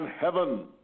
heaven